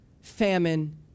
famine